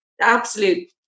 absolute